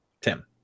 Tim